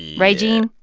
right, gene?